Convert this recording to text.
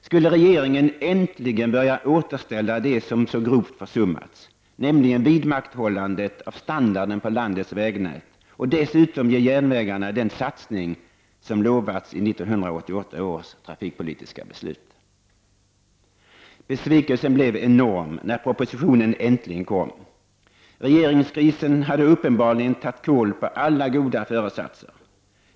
Skulle regeringen äntligen börja återställa det som så grovt försummats, nämligen vidmakthållandet av standarden på landets vägnät, och dessutom ge järnvägarna den satsning som utlovats i 1988 års trafikpolitiska beslut? Besvikelsen blev enorm när propositionen äntligen kom. Regeringskrisen hade uppenbarligen tagit kål på alla goda föresatser.